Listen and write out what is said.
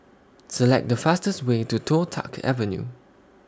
Select The fastest Way to Toh Tuck Avenue